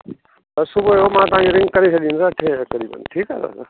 त सुबुह जो मां तव्हांखे रिंग करे छॾींदुसि अठे बजे क़रीबनि ठीकु आहे दादा